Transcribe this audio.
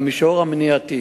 במישור המניעתי,